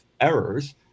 errors